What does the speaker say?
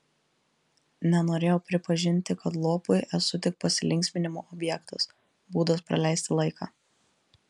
nenorėjau pripažinti kad lopui esu tik pasilinksminimo objektas būdas praleisti laiką